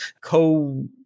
co